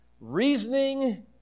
reasoning